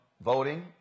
voting